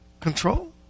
control